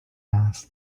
asked